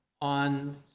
on